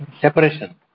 separation